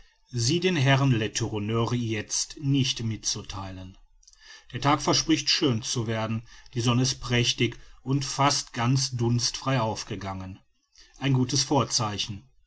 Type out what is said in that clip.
sie den herren letourneur jetzt nicht mitzutheilen der tag verspricht schön zu werden die sonne ist prächtig und fast ganz dunstfrei aufgegangen ein gutes vorzeichen